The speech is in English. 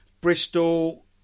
Bristol